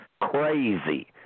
crazy